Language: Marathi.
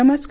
नमस्कार